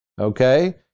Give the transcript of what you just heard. Okay